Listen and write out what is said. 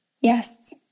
Yes